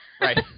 Right